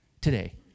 today